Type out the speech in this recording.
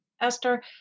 Esther